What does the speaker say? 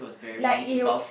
like it'll